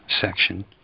section